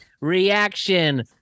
reaction